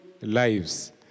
lives